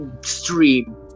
stream